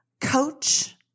coach